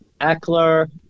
Eckler